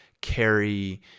carry